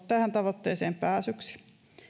tähän tavoitteeseen pääsyksi